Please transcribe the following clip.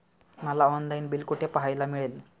मला online bill कुठे पाहायला मिळेल?